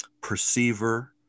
perceiver